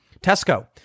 Tesco